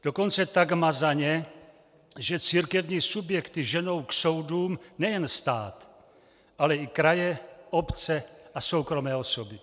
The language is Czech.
Dokonce tak mazaně, že církevní subjekty ženou k soudům nejen stát, ale i kraje, obce a soukromé osoby.